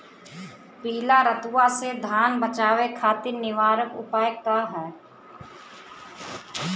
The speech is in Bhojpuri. पीला रतुआ से धान बचावे खातिर निवारक उपाय का ह?